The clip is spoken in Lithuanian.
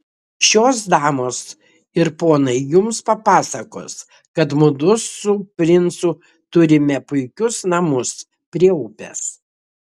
šios damos ir ponai jums papasakos kad mudu su princu turime puikius namus prie upės